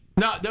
No